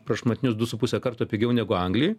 prašmatnius du su puse karto pigiau negu anglijoj